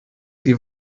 sie